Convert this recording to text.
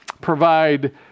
provide